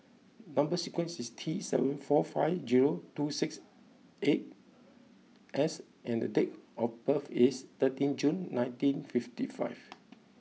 number sequence is T seven four five zero two six eight S and date of birth is thirteen June nineteen fifty five